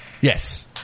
Yes